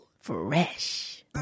Fresh